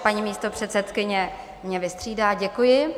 Paní místopředsedkyně mě vystřídá, děkuji.